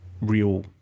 real